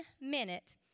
minute